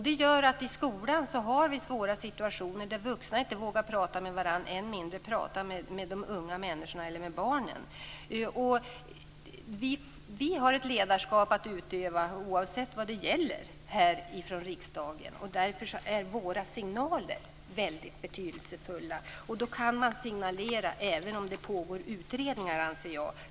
Det gör att det blir svåra situationer i skolan där vuxna inte vågar prata med varandra och än mindre med de unga människorna eller med barnen. Vi har ett ledarskap att utöva härifrån riksdagen, oavsett vad det gäller. Därför är våra signaler väldigt betydelsefulla. Jag anser att man kan signalera om saker även om utredningar pågår.